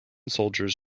soldiers